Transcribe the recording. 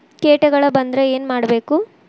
ಕೇಟಗಳ ಬಂದ್ರ ಏನ್ ಮಾಡ್ಬೇಕ್?